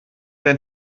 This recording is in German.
dein